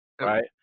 right